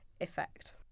effect